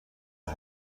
خود